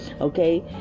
okay